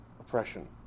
oppression